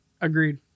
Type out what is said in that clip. Agreed